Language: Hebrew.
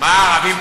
מה הערבים,